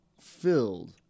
filled